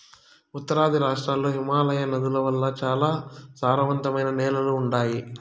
ఉత్తరాది రాష్ట్రాల్ల హిమాలయ నదుల వల్ల చాలా సారవంతమైన నేలలు ఉండాయి